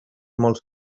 molts